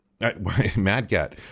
MADCAT